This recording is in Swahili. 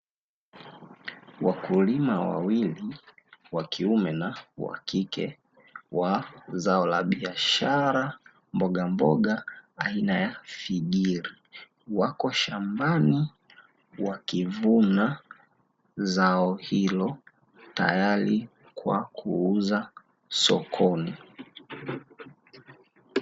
Wakulima wawili wa kiume na wa kike wa zao la biashara, mbogamboga aina ya figiri, wako shambani wakivuna zao hilo, tayari kwa kuuza sokoni.